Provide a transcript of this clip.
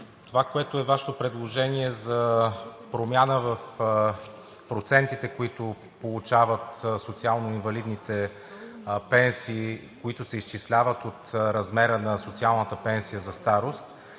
Манолова, Вашето предложение за промяна в процентите, които получават социално-инвалидните пенсии, които се изчисляват от размера на социалната пенсия за старост